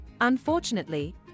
Unfortunately